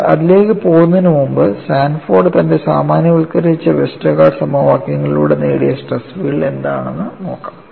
എന്നാൽ അതിലേക്ക് പോകുന്നതിനുമുമ്പ് സാൻഫോർഡ് തന്റെ സാമാന്യവൽക്കരിച്ച വെസ്റ്റർഗാർഡ് സമവാക്യങ്ങളിലൂടെ നേടിയ സ്ട്രെസ് ഫീൽഡ് എന്താണെന്ന് നോക്കാം